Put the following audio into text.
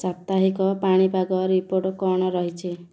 ସାପ୍ତାହିକ ପାଣିପାଗ ରିପୋର୍ଟ କ'ଣ ରହିଛି